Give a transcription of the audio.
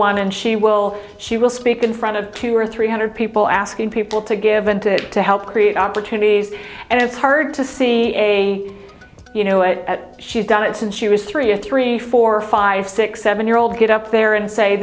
one and she will she will speak in front of two or three hundred people asking people to give and to to help create opportunities and it's hard to see a you know she's done it since she was three a three four five six seven year old get up there and say